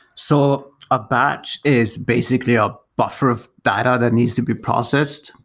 so a batch is basically a buffer of data that needs to be processed.